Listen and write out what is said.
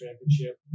championship